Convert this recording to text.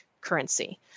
currency